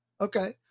Okay